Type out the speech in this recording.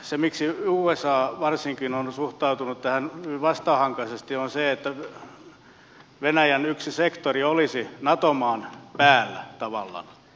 se miksi usa varsinkin on suhtautunut tähän vastahankaisesti on se että venäjän yksi sektori olisi nato maan päällä tavallaan